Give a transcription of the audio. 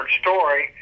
story